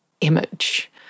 image